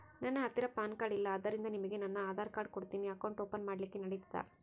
ನನ್ನ ಹತ್ತಿರ PAN card ಇಲ್ಲ ಆದ್ದರಿಂದ ನಿಮಗೆ ನನ್ನ ಆಧಾರ್ ಕಾರ್ಡ್ ಕೊಡ್ತೇನಿ ಅಕೌಂಟ್ ಓಪನ್ ಮಾಡ್ಲಿಕ್ಕೆ ನಡಿತದಾ?